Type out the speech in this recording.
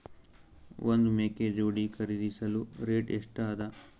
ಒಂದ್ ಮೇಕೆ ಜೋಡಿ ಖರಿದಿಸಲು ರೇಟ್ ಎಷ್ಟ ಅದ?